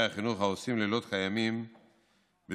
החינוך העושים לילות כימים בשליחות,